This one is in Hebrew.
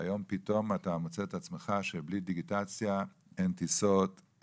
והיום פתאום אתה מוצא את עצמך שבלי דיגיטציה אין טיסות,